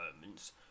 moments